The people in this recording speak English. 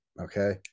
okay